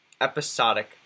episodic